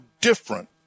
different